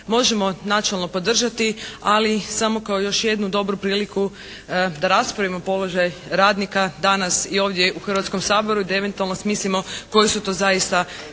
možemo načelno podržati ali samo kao još jednu dobru priliku da raspravimo položaj radnika danas i ovdje u Hrvatskom saboru i da eventualno smislimo koji su to zaista